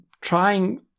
trying